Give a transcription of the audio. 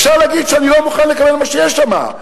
אפשר להגיד: אני לא מוכן לקבל מה שיש שם.